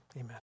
amen